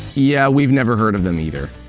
yeah, we've never heard of them either.